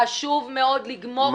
חשוב מאוד לגמור את זה.